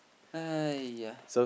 !aiyah!